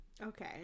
Okay